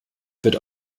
wird